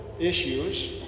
issues